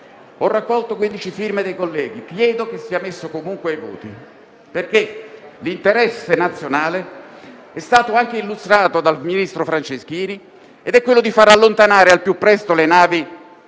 Ho raccolto 15 firme dei colleghi e chiedo che sia messo comunque ai voti, perché l'interesse nazionale è stato anche illustrato dal ministro Franceschini ed è quello di far allontanare al più presto le navi